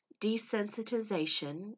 desensitization